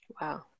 Wow